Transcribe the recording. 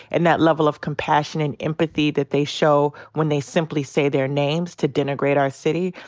and that level of compassion and empathy that they show when they simply say their names to denigrate our city,